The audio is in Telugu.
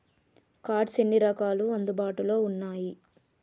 కార్డ్స్ ఎన్ని రకాలు అందుబాటులో ఉన్నయి?